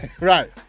right